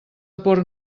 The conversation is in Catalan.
port